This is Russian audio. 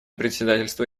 председательства